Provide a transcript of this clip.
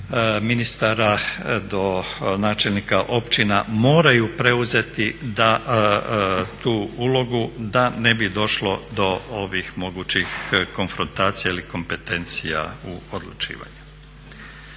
ministara do načelnika općina moraju preuzeti tu ulogu da ne bi došlo do ovih mogućih konfrontacija ili kompetencija u odlučivanju.